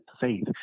faith